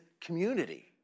community